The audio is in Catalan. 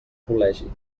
col·legi